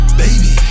baby